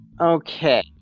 Okay